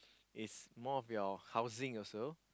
is more of your housing also